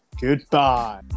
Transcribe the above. goodbye